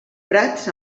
prats